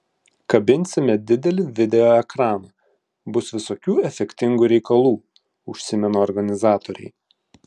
kabinsime didelį video ekraną bus visokių efektingų reikalų užsimena organizatoriai